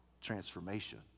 transformation